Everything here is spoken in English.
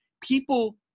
people